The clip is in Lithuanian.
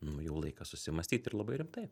nu jau laikas susimąstyt ir labai rimtai